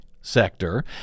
sector